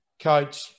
coach